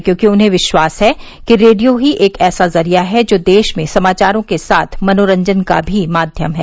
क्योंकि उन्हें विश्वास र्ह कि रेडियो ही एक ऐसा जरिया है जो देश में समाचारों के साथ मनोरंजन का भी माध्यम है